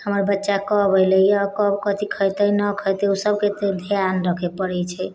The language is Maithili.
हमर बच्चा कब एलैहँ कब कथि खेतै नहि खेतै ओ सभके एते ध्यान रखै पड़ै छै